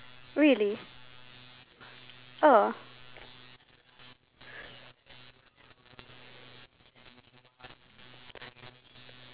okay so if you can take anything from this modern day with you on a one way trip into the past what would you take and where would you go to